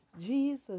Jesus